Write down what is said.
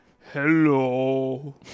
Hello